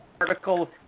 article